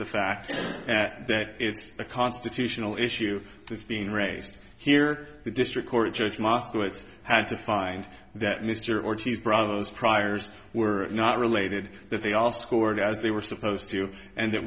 the fact that that it's a constitutional issue that's being raised here the district court judge moscowitz had to find that mr ortiz brothers priors were not related that they all scored as they were supposed to and that